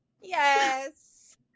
Yes